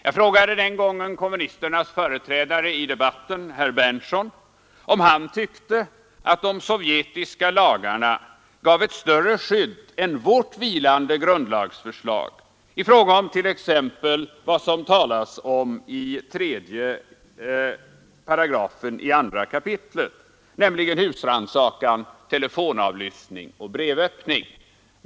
Jag frågade den gången kommunisternas företrädare i debatten, herr Berndtson i Linköping, om han tyckte att de sovjetiska lagarna gav ett större skydd än vårt vilande grundlagsförslag i fråga om 3 § 2 kap., nämligen husrannsakan, telefonavlyssning och brevöppning.